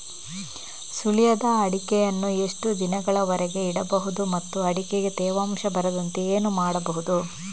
ಸುಲಿಯದ ಅಡಿಕೆಯನ್ನು ಎಷ್ಟು ದಿನಗಳವರೆಗೆ ಇಡಬಹುದು ಮತ್ತು ಅಡಿಕೆಗೆ ತೇವಾಂಶ ಬರದಂತೆ ಏನು ಮಾಡಬಹುದು?